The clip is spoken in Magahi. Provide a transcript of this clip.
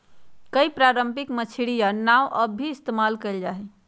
कई पारम्परिक मछियारी नाव अब भी इस्तेमाल कइल जाहई